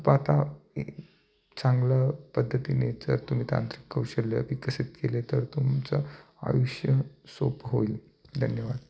खूप आता चांगलं पद्धतीने जर तुम्ही तांत्रिक कौशल्य विकसित केले तर तुमचं आयुष्य सोपं होईल धन्यवाद